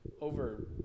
over